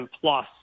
Plus